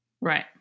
Right